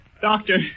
Doctor